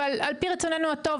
אבל על פי רצוננו הטוב.